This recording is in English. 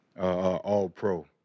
All-Pro